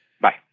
Bye